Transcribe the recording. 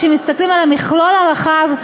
כשמסתכלים על המכלול הרחב,